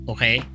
Okay